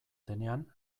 denean